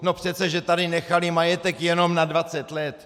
No přece že tady nechali majetek jenom na 20 let!